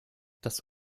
das